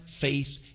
faith